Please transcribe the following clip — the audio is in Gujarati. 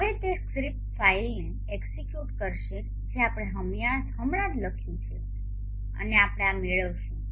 હવે તે સ્ક્રિપ્ટ ફાઇલને એક્ઝેક્યુટ કરશે જે આપણે હમણાં જ લખ્યું છે અને આપણે આ મેળવીશું